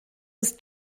ist